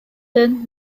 then